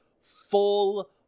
full